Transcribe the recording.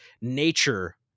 nature